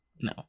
no